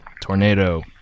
Tornado